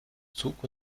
zug